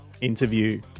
interview